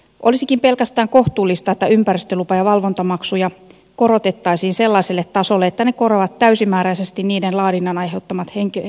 olisikin pelkästään kohtuullista että ympäristölupa ja valvontamaksuja korotettaisiin sellaiselle tasolle että ne korvaavat täysimääräisesti niiden laadinnan aiheuttamat henkilöstökulut